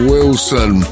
Wilson